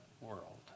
world